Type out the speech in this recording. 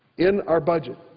in our budget.